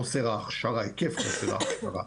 היקף חוסר ההכשרה.